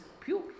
pure